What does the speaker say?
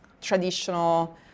traditional